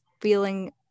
feeling